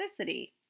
toxicity